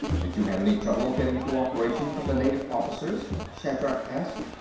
did you have any trouble getting cooperation from the native officers? shatrak asked.